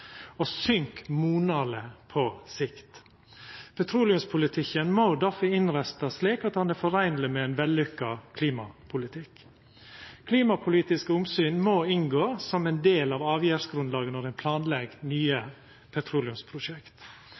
og søkk monaleg på sikt. Petroleumspolitikken må difor innrettast slik at han kan foreinast med ein vellukka klimapolitikk. Klimapolitiske omsyn må inngå som ein del av avgjerdsgrunnlaget når ein planlegg nye petroleumsprosjekt.